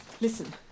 Listen